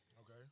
Okay